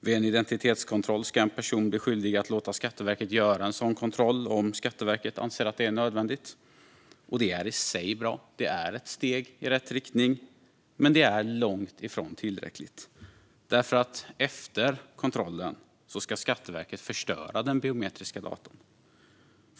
Vid en identitetskontroll ska en person bli skyldig att låta Skatteverket göra en sådan kontroll om Skatteverket anser att det är nödvändigt. Det är i sig bra och ett steg i rätt riktning, men det är långt ifrån tillräckligt. Efter kontrollen ska Skatteverket nämligen förstöra dessa biometriska data.